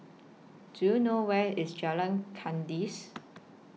Do YOU know Where IS Jalan Kandis